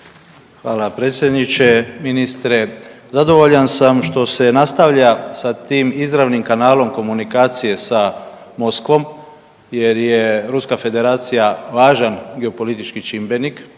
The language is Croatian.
Hvala predsjedniče. Ministre, zadovoljan sam što se nastavlja sa tim izravnim kanalom komunikacije sa Moskvom jer je Ruska Federacija važan geopolitički čimbenik